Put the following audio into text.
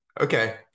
Okay